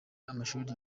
amashuri